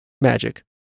Magic